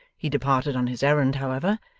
he departed on his errand, however,